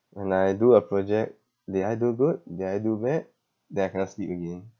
when I do a project did I do good did I do bad then I cannot sleep again